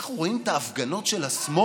אנחנו רואים את ההפגנות של השמאל,